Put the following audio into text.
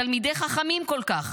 תלמידי חכמים כל כך.